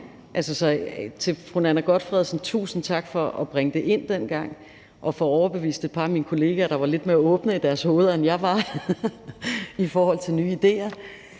til fru Nanna W. Gotfredsen vil jeg sige tusind tak for at bringe det ind dengang og få overbevist et par af mine kollegaer, der havde et lidt mere åbent sind, end jeg havde i forhold til nye idéer.